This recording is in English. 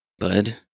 Bud